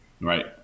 Right